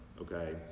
okay